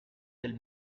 del